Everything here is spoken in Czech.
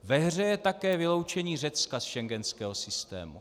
Ve hře je také vyloučení Řecka z schengenského systému.